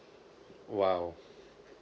!wow!